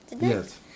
Yes